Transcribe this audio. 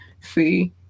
see